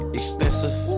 expensive